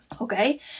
okay